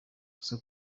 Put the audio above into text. gusa